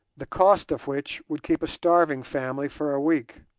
the cost of which would keep a starving family for a week.